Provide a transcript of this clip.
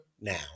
now